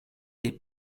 des